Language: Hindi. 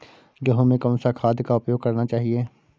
गेहूँ में कौन सा खाद का उपयोग करना चाहिए?